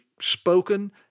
spoken